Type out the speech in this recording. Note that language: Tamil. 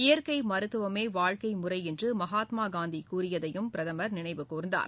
இயற்கை மருத்துவமே வாழ்க்கை முறை என்று மகாத்மா காந்தி கூறியதையும் பிரதமா் நினைவு கூர்ந்தார்